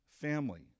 family